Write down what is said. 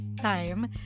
time